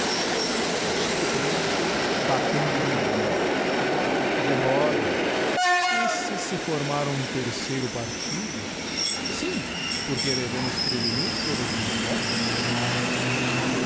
xico bento batendo-lhe no honibro vivorio i e se se formar um terceiro partido sim porque devemos prevenir todas as hypotheses